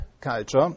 culture